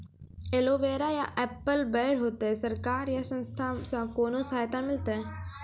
Aloe vera या apple बैर होते? सरकार या संस्था से कोनो सहायता मिलते?